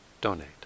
donate